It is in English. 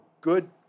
good